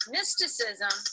Mysticism